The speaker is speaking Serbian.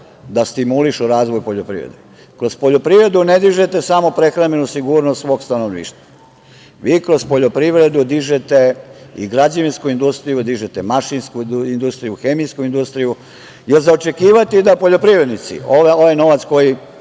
da stimulišu razvoj poljoprivrede. Kroz poljoprivredu ne dižete samo prehrambenu sigurnost svog stanovništva. Vi kroz poljoprivredu dižete i građevinsku industriju, dižete mašinsku industriju, hemijsku industriju, jer za očekivati je da poljoprivrednici ovaj novac koji